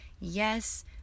yes